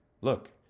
Look